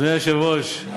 אדוני היושב-ראש,